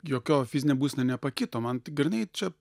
jokio fizinė būsena nepakito man grynai čia